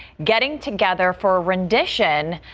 getting together for a rendition.